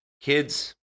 kids